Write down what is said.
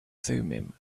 thummim